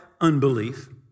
unbelief